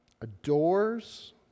adores